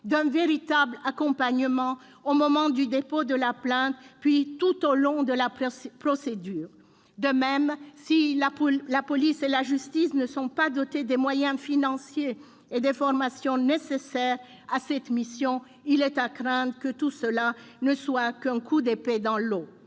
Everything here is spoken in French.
d'un véritable accompagnement au moment du dépôt de la plainte, puis tout au long de la procédure. De même, si la police et la justice ne sont pas dotées des moyens financiers et des formations nécessaires à cette mission, il est à craindre que tout cela ne soit qu'un coup d'épée dans l'eau.